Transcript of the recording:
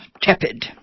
tepid